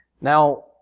Now